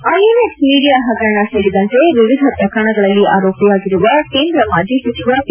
INX media ಹಗರಣ ಸೇರಿದಂತೆ ವಿವಿಧ ಪ್ರಕರಣಗಳಲ್ಲಿ ಆರೋಪಿಯಾಗಿರುವ ಕೇಂದ್ರ ಮಾಜಿ ಸಚಿವ ಪಿ